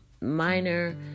Minor